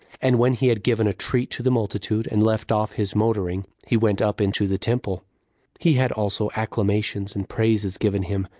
and when he had given a treat to the multitude, and left off his motoring, he went up into the temple he had also acclamations and praises given him,